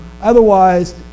Otherwise